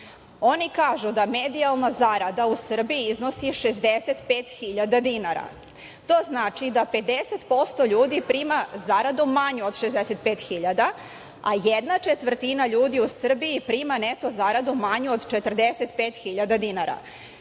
Oni kažu da medijalna zarada u Srbiji iznosi 65.000 dinara. To znači da 50% ljudi prima zaradu manju od 65.000, a jedna četvrtina ljudi u Srbiji prima neto zaradu manju od 45.000 dinara.